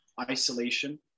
isolation